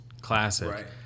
classic